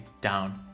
down